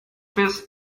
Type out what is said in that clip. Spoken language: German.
bis